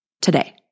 today